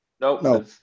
No